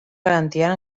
garantia